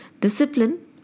Discipline